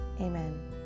amen